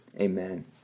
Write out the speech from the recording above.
Amen